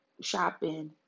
shopping